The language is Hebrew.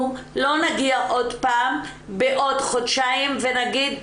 לא נגיע עוד פעם בעוד חודשיים ונגיד,